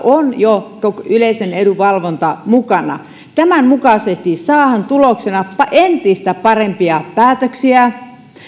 on jo yleisen edun valvonta mukana tämän mukaisesti saadaan tuloksena entistä parempia päätöksiä